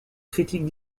critiques